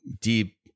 deep